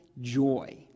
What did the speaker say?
joy